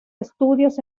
estudios